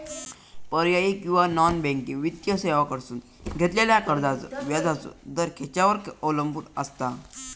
पर्यायी किंवा non banking वित्तीय सेवांकडसून घेतलेल्या कर्जाचो व्याजाचा दर खेच्यार अवलंबून आसता?